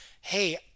hey